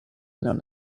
known